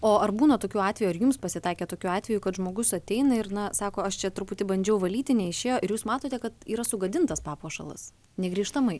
o ar būna tokių atvejų ar jums pasitaikė tokių atvejų kad žmogus ateina ir na sako aš čia truputį bandžiau valyti neišėjo ir jūs matote kad yra sugadintas papuošalas negrįžtamai